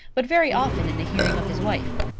but very often in the hearing of his wife.